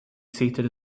seated